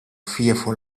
fearful